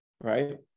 right